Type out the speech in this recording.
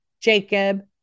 Jacob